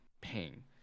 pain